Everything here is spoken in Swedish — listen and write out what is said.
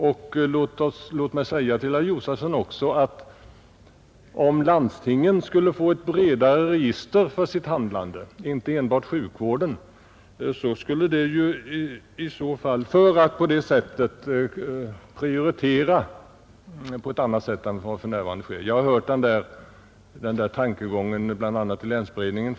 Låt mig till herr Josefsson också få säga beträffande påståendet att landstingen, om de fick ett bredare register för sitt handlande — inte bara sjukvården — skulle få möjligheter att prioritera på ett annat sätt än som för närvarande sker, att jag har hört denna tankegång i flera sammanhang, bl.a. i länsberedningen.